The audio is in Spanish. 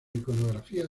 iconografía